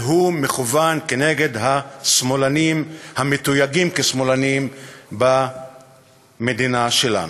והוא מכוון נגד השמאלנים המתויגים שמאלנים במדינה שלנו.